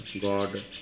God